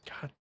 God